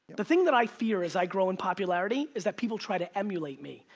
the thing that i fear as i grow in popularity, is that people try to emulate me.